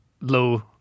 Low